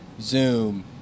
Zoom